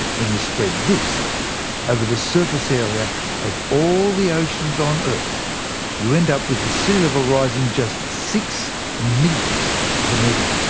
when you spread this over the surface area of all the oceans on earth you end up with the sea level rising just six millionths of a metre.